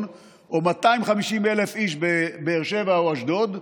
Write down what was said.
או 250,000 איש בבאר שבע או באשדוד,